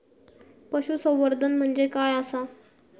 पशुसंवर्धन म्हणजे काय आसा?